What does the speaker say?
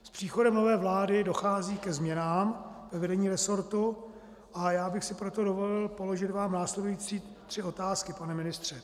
S příchodem nové vlády dochází ke změnám ve vedení resortu a já bych si proto dovolil položit vám následující tři otázky, pane ministře.